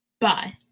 bye